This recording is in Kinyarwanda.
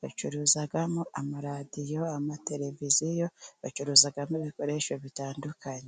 bacuruzamo amaradiyo, amateleviziyo, bacuruzamo ibikoresho bitandukanye.